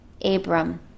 Abram